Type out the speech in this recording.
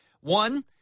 One